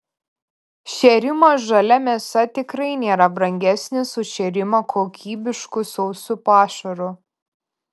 šėrimas žalia mėsa tikrai nėra brangesnis už šėrimą kokybišku sausu pašaru